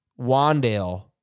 Wandale